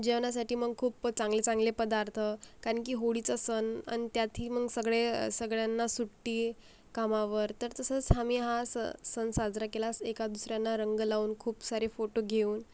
जेवणासाठी मग खूप चांगले चांगले पदार्थ कारण की होळीचा सण आणि त्यातही मग सगळ्या सगळ्यांना सुट्टी कामावर तर तसंच आम्ही हा सण साजरा केला एका दुसऱ्यांना रंग लावून खूप सारे फोटो घेऊन